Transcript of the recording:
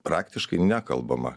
praktiškai nekalbama